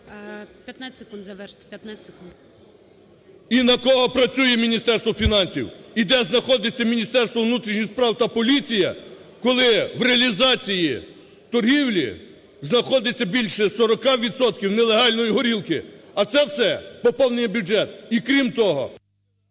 15 секунд. БАРНА О.С. …і на кого працює Міністерство фінансів, і де знаходиться Міністерство внутрішніх справ та поліція, коли в реалізації торгівлі знаходиться більше 40 відсотків нелегальної горілки, а це все поповнює бюджет? І, крім того….